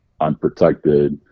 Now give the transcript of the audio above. unprotected